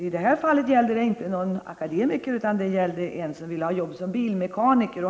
I detta fall gällde det inte några akademiker utan en man som ville ha jobb som bilmekaniker.